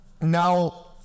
now